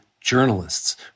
journalists